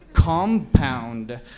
compound